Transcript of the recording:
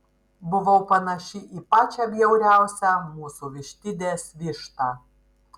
buvau panaši į pačią bjauriausią mūsų vištidės vištą